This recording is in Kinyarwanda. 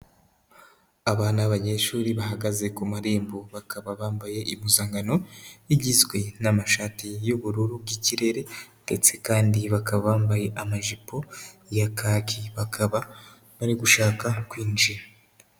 Aba ni abanyeshuri bahagaze ku marembo, bakaba bambaye impuzankano igizwe n'amashati y'ubururu bw'ikirere ndetse kandi bakaba bambaye amajipo ya kaki, bakaba bari gushaka kwinjira.